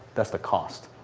that's the cost.